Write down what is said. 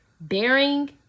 bearing